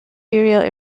material